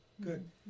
Good